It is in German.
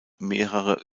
mehrere